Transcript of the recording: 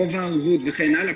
גובה הערבות וכן הלאה,